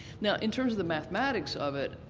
now in terms of the mathematics of it,